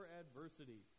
adversity